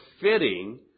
fitting